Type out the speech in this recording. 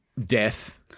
Death